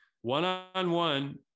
one-on-one